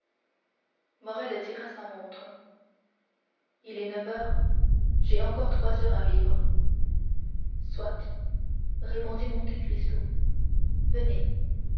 morrel tira sa montre il est neuf heures j'ai encore trois heures à vivre soit répondit monte cristo venez